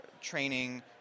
training